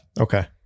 okay